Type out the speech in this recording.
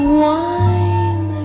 wine